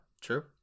true